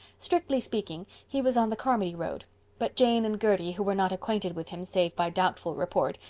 strickly speaking he was on the carmody road but jane and gertie, who were not acquainted with him save by doubtful report,